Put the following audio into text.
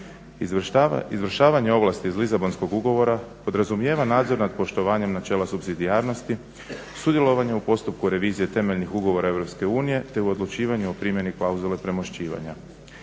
Izvršavanje ovlasti iz Lisabonskog ugovora podrazumijeva nadzor nad poštovanjem načela supsidijarnosti, sudjelovanje u postupku revizije temeljnih ugovora Europske unije te u odlučivanju o primjeni klauzule premošćivanja.